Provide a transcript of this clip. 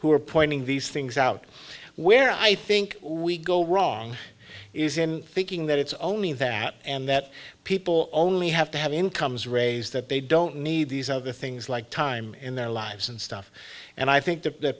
who are pointing these things out where i think we go wrong is in thinking that it's only that and that people only have to have incomes raise that they don't need these other things like time in their lives and stuff and i think th